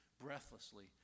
breathlessly